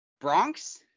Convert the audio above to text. Bronx